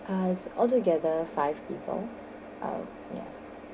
uh so altogether five people uh ya